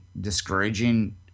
discouraging